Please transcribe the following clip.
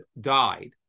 died